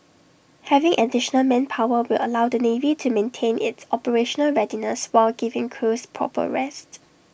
having additional manpower will allow the navy to maintain its operational readiness while giving crews proper rest